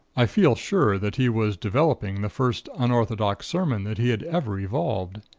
i feel sure that he was developing the first unorthodox sermon that he had ever evolved.